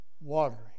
watering